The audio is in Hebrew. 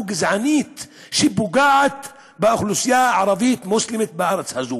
גזענית שפוגעת באוכלוסייה הערבית מוסלמית בארץ הזאת.